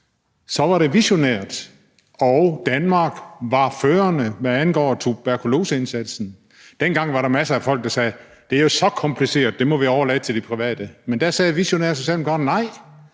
SSI, var det visionært, og Danmark var førende, hvad angår tuberkuloseindsatsen. Dengang var der masser af folk, der sagde: Det er jo så kompliceret, det må vi overlade til de private. Men der sagde visionære socialdemokrater